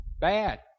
bad